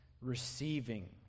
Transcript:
receiving